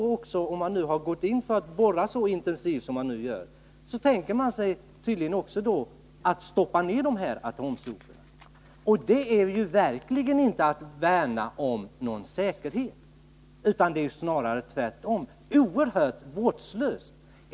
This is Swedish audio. "Eftersom man nu har gått in för att borra så intensivt som man gör, så tänker man tydligen också stoppa ned de här atomsoporna i berget. Det är verkligen inte att värna om säkerheten, utan det är snarare tvärtom. Det är oerhört vårdslöst.